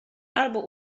albo